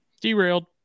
Derailed